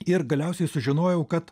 ir galiausiai sužinojau kad